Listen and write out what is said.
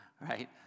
Right